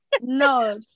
No